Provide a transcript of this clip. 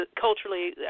culturally